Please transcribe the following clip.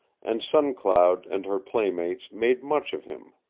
and sun cloud and her playmates made much of him.